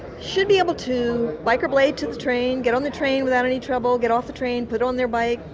should be able to bike or blade to the train, get on the train without any trouble, get off the train, put on their bike,